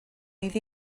iddi